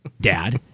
Dad